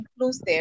inclusive